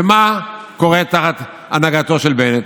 ומה קורה תחת הנהגתו של בנט?